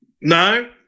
No